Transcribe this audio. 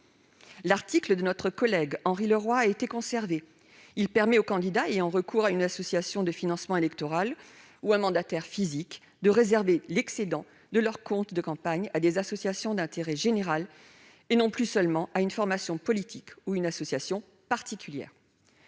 par notre collègue Henri Leroy, ont été conservés. Ils permettent aux candidats ayant recours à une association de financement électorale ou à un mandataire physique de reverser l'excédent de leur compte de campagne à des associations d'intérêt général, et non plus seulement à une formation politique ou à une association particulière.